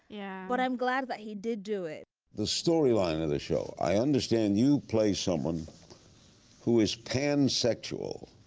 yeah but i'm glad that he did do it the storyline of the show i understand you play someone who is pansexual.